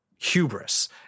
hubris